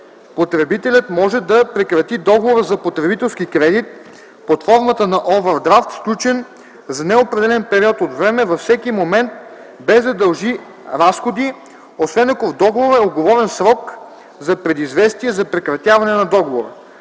Потребителят може да прекрати договора за потребителски кредит под формата на овърдрафт, сключен за неопределeн период от време, във всеки момент без да дължи разходи, освен ако в договора е уговорен срок за предизвестие за прекратяване на договора.